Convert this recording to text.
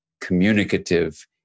communicative